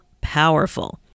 powerful